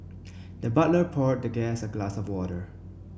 the butler poured the guest a glass of water